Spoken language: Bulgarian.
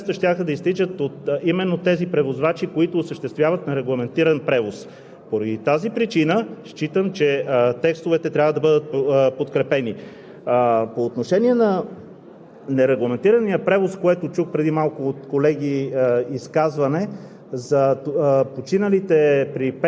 ако мога да използвам един израз „на вятъра“, защото нямаше да бъдат затворени всички кранчета, откъдето можеше да изтичат нерегламентирано средства. Нерегламентираните средства щяха да изтичат именно от тези превозвачи, които осъществяват нерегламентиран превоз. Поради тази причина считам, че текстовете трябва да бъдат подкрепени.